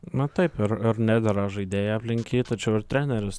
na taip ir ir nedera žaidėjai aplink jį tačiau ir treneris